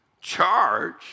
Charge